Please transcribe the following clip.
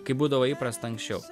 kaip būdavo įprasta anksčiau